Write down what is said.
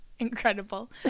Incredible